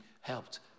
helped